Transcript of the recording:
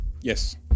Yes